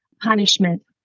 punishment